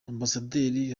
ambasaderi